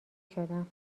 شدم